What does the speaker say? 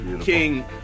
King